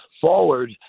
forward